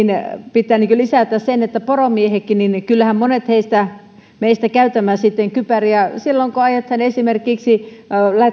pitää lisätä se että kyllähän poromiehetkin monet meistä käytämme kypäriä silloin kun ajetaan esimerkiksi